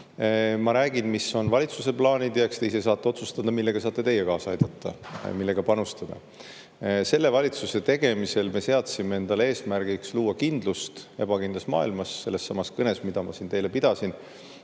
Ma räägin, mis on valitsuse plaanid, ja eks te ise saate otsustada, millega saate teie kaasa aidata ja kuidas panustada. Selle valitsuse tegemisel seadsime endale eesmärgiks luua kindlust ebakindlas maailmas. Sellessamas kõnes, mida ma siin teile pidasin,